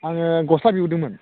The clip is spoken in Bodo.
आङो गस्ला बिहरदोंमोन